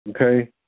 okay